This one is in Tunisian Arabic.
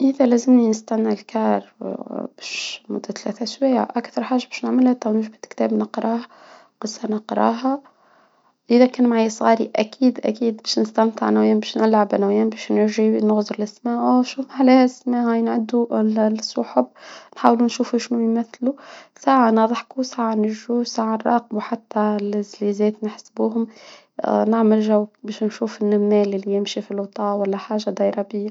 إذا لازم نستنى ما تتلفاش بيا اكثر حاجة باش نعملها كتاب نقراه، نقراها، الى كان معايا أكيد أكيد باش نستمتع باش نلعب أنا وياه باش نجي نخرج للسما شوف علاش السحب، نحاولو نشوفو شنو يمثلو ما بحكوش عنراقبو حتى نحسبوهم، نعمل جو باش نشوف النمل إللي يمشي في ولا حاجة دايرة به.